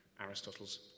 Aristotle's